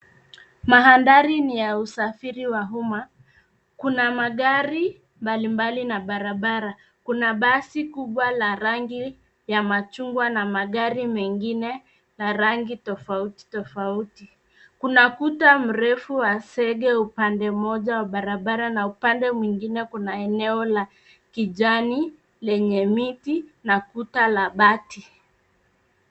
Mandhari ni ya usafiri wa umma. Kuna magari mbalimbali na barabara. Kuna basi kubwa la rangi ya machungwa na magari mengine na rangi tofauti tofauti. Kuna kuta mrefu wa sege upande mmoja wa barabara na upande mwingine kuna eneo la kijani lenye miti na kuta la bati.